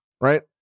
right